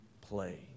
play